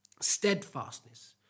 steadfastness